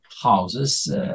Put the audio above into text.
houses